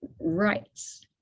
rights